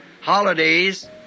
holidays